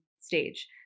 stage